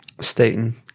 Staten